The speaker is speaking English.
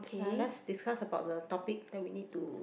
ya lets discuss about the topic then we need to